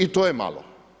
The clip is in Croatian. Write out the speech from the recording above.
I to je malo.